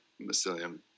mycelium